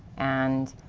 and